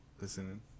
listening